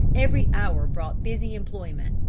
every hour brought busy employment.